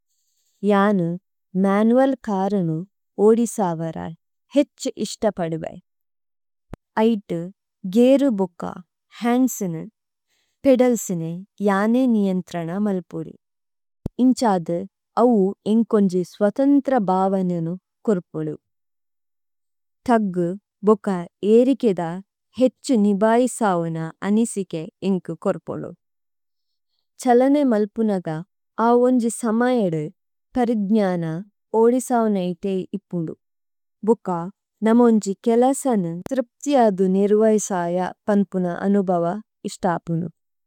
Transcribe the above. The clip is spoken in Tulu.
യാനേ മനുഅല് കാരനേ ഓദിസാവര ഹേഛ് ഇശ്ത പദുവേ। ഐതു ഗീരു ബുക, ഹന്ദ്സനേ, പേദല്സനേ യാനേ നിയന്ത്രന മല്പുദു। ഇന്ഛാദു അവു ഏന്കോന്ജി സ്വതന്ത്ര ബാവനനേ കോര്പുദു। തഗ്ഗു ബുക ഏരികേദ ഹേഛ് നിബൈസാവുന അനിസികേ ഏന്കു കോര്പുദു। ഛ്ഹലനേ മല്പുനഗ, അവു ഏന്കി സമയേദു, പരിജ്ഞന, ഓദിസാവുന ഇതേ ഇപുന്ദു। ഭുക, നമു ഏന്കി കേലസനേ, ത്രിപ്തി അദു നിര്വൈസായ പന്പുന അനുബവ ഇശ്തപുനു।